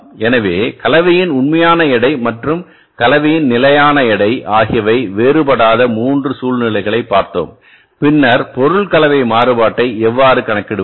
எனவே கலவையின் உண்மையான எடை மற்றும் கலவையின் நிலையான எடை ஆகியவை வேறுபடாத 3 சூழ்நிலைகளைப் பார்த்தோம் பின்னர் பொருள் கலவை மாறுபாட்டை எவ்வாறு கணக்கிடுவது